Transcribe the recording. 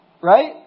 Right